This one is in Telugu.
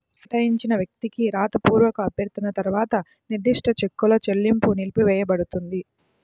కేటాయించిన వ్యక్తికి రాతపూర్వక అభ్యర్థన తర్వాత నిర్దిష్ట చెక్కుల చెల్లింపు నిలిపివేయపడుతుంది